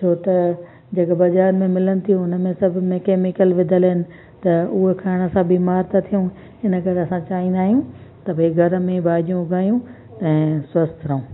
छो त जेका बाजारि में मिलनि थियूं उन सभ में केमिकल विदल आहिनि त उहो खाइण सां बीमार था थियूं इन करे असां चाहींदा आहियूं त भई घर में भाॼियूं उगायूं ऐं स्वस्थ रहूं